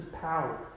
power